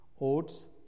oats